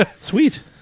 Sweet